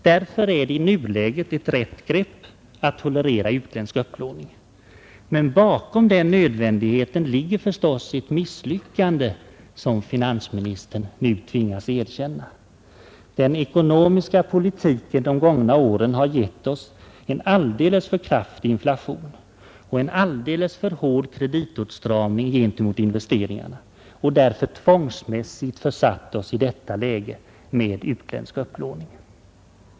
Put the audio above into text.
Därför är det i nuläget ett riktigt grepp att tolerera utländsk upplåning. Men bakom den nödvändigheten ligger förstås ett misslyckande, som finansministern nu tvingas erkänna. Den ekonomiska politiken de gångna åren har givit oss en alldeles för kraftig inflation och en alldeles för hård kreditåtstramning gentemot investeringarna och därför tvångsmässigt försatt oss i detta läge med utländsk upplåning.